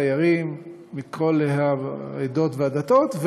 תיירים מכל העדות והדתות,